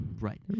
Right